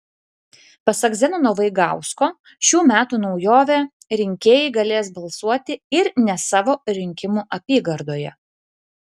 pasak zenono vaigausko šių metų naujovė rinkėjai galės balsuoti ir ne savo rinkimų apygardoje